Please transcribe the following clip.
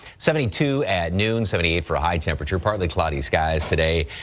seventy two at noon. seventy eight for a high temperature. partly cloudy skies today.